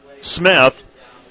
Smith